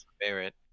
favorite